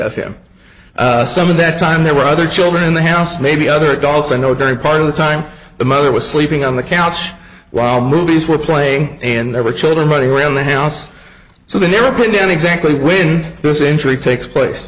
of him some of that time there were other children in the house maybe other adults i know during part of the time the mother was sleeping on the couch while movies were playing and there were children running around the house so that their opinion exactly when this injury takes place